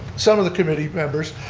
some of the committee members,